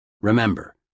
Remember